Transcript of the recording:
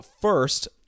first